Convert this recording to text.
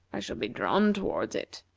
i shall be drawn towards it.